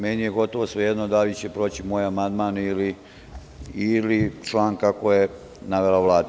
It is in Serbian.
Meni je gotovo svejedno da li će proći moj amandman ili član, kako je navela Vlada.